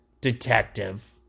detective